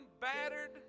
battered